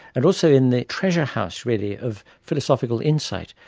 and also in the treasure house really of philosophical insight,